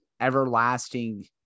everlasting